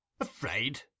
Afraid